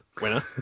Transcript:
winner